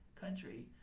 country